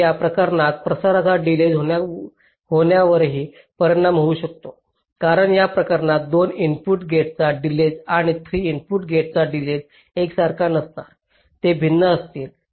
तर या प्रकारच्या प्रसाराचा डिलेज होण्यावरही परिणाम होऊ शकतो कारण या प्रकरणात 2 इनपुट गेटचा डिलेज आणि 3 इनपुट गेटचा डिलेज एकसारखा नसणार ते भिन्न असतील